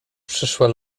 przyszłe